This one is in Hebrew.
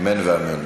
אמן ואמן.